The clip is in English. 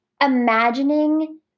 imagining